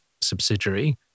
subsidiary